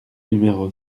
numéro